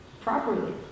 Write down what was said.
properly